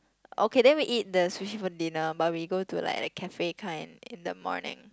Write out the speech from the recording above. okay then we eat the sushi for dinner but we go to like like cafe kind in the morning